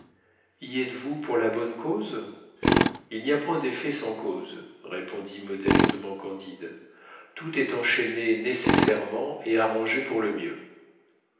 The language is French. y êtes-vous pour la bonne cause il n'y a point d'effet sans cause répondit modestement candide tout est enchaîné nécessairement et arrangé pour le mieux